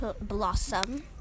Blossom